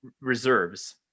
reserves